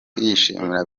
yishimira